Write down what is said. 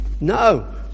No